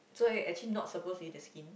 so I actually not supposed to eat the skin